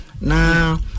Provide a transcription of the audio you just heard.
Now